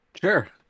Sure